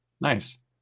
Nice